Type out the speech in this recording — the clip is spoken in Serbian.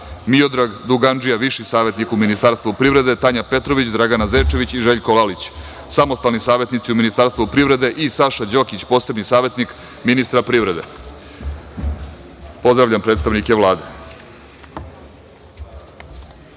Miodrag Dugandžija, viši savetnik u Ministarstvu privrede, Tanja Petrović, Dragana Zečević i Željko Lalić, samostalni savetnici u Ministarstvu privrede i Saša Đokić, posebni savetnik ministra privrede. Pozdravljam predstavnike Vlade. Molim